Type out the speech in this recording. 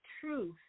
truth